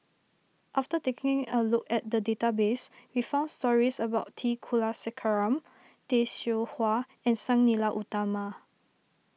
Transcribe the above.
after taking a look at the database we found stories about T Kulasekaram Tay Seow Huah and Sang Nila Utama